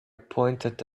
pointed